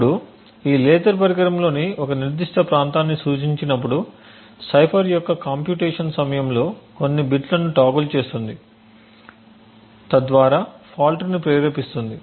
ఇప్పుడు ఈ లేజర్ పరికరంలోని ఒక నిర్దిష్ట ప్రాంతాన్ని సూచించినప్పుడు సైఫర్ యొక్క కంప్యూటేషన్ సమయంలో కొన్ని బిట్లను టోగుల్ చేస్తుంది మరియు తద్వారా ఫాల్ట్ ని ప్రేరేపిస్తుంది